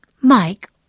Mike